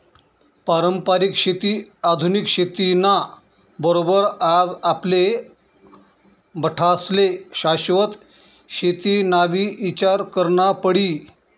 पारंपरिक शेती आधुनिक शेती ना बरोबर आज आपले बठ्ठास्ले शाश्वत शेतीनाबी ईचार करना पडी